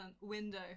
Window